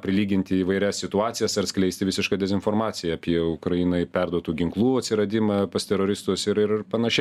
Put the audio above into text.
prilyginti įvairias situacijas ar skleisti visišką dezinformaciją apie ukrainai perduotų ginklų atsiradimą pas teroristus ir ir panašiai